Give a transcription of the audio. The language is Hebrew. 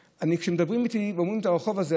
כשמדברים איתי ואומרים את הרחוב הזה,